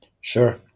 Sure